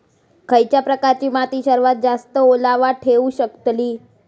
खयच्या प्रकारची माती सर्वात जास्त ओलावा ठेवू शकतली?